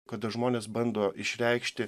kada žmonės bando išreikšti